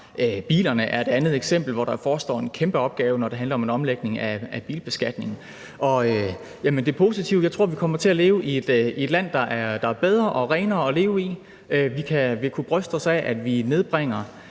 Bilerne er et andet eksempel, hvor der jo forestår en kæmpe opgave, når det handler om en omlægning af bilbeskatningen. Det positive: Jeg tror, vi kommer til at leve i et land, der er bedre og renere at leve i. Vi har kunnet bryste os af, at vi nedbringer